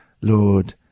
Lord